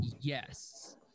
Yes